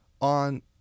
on